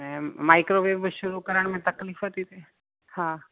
ऐं माइक्रोवेव बि शुरू करण में तकलीफ़ थी थिए हा